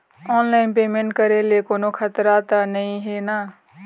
Online payment करे ले कोन्हो खतरा त नई हे न?